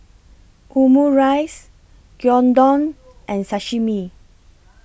Omurice Gyudon and Sashimi